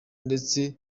ndetse